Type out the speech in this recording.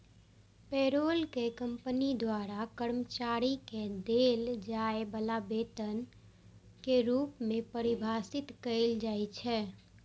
payroll कें company द्वारा कर्मचारी कें देल जाय बला वेतन के रूप मे परिभाषित कैल जाइ छै